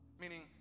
Meaning